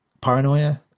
paranoia